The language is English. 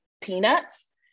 peanuts